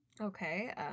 Okay